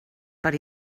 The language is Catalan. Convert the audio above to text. per